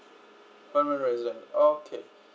resident okay